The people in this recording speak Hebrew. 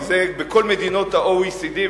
כי זה בכל מדינות ה-OECD,